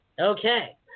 Okay